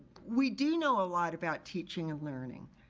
we do know a lot about teaching and learning.